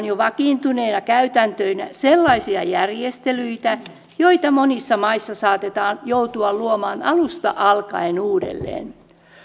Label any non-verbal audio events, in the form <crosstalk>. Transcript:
<unintelligible> jo vakiintuneina käytäntöinä sellaisia järjestelyitä joita monissa maissa saatetaan joutua luomaan alusta alkaen uudelleen